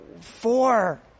four